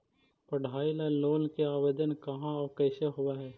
पढाई ल लोन के आवेदन कहा औ कैसे होब है?